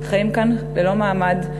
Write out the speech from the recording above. חיים כאן ללא מעמד,